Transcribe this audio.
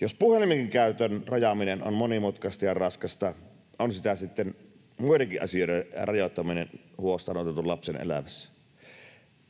Jos puhelimenkin käytön rajaaminen on monimutkaista ja raskasta, on sitä sitten muidenkin asioiden rajoittaminen huostaanotetun lapsen elämässä.